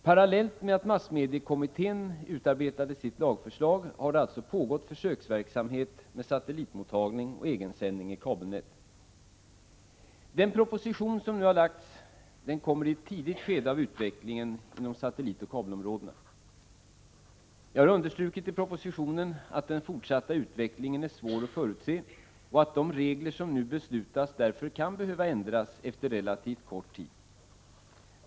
Parallellt med att massmediekommittén utarbetade sitt lagförslag har det alltså pågått försöksverksamhet med satellitmottagning och egensändning i kabelnät. Den proposition som nu har framlagts kommer i ett tidigt skede av utvecklingen inom satellitoch kabelområdena. Jag har i propositionen understrukit att den fortsatta utvecklingen är svår att förutse och att de regler som nu beslutas därför kan behöva ändras efter relativt kort tid.